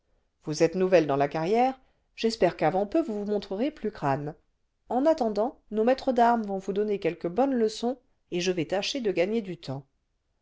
vous êtes nouvelle dans la carrière j'espère qu'avant peu vous vous montrerez plus crâne en attendant nos maîtres d'armes vont vous donner quelques bonnes leçons et je vais tâcher de gagner du temps